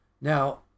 Now